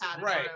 right